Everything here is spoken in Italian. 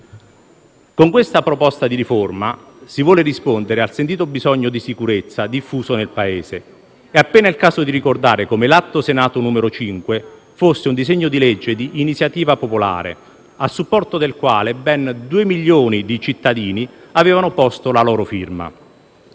Con questa proposta di riforma si vuole rispondere al sentito bisogno di sicurezza diffuso nel Paese. È appena il caso di ricordare come l'Atto Senato 5 fosse un disegno di legge di iniziativa popolare, a supporto del quale ben due milioni di cittadini avevano posto la loro firma.